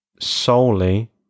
solely